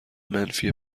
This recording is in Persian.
منفی